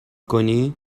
کنی